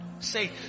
say